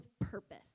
purpose